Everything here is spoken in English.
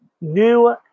new